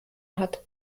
hat